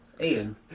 Ian